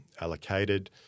allocated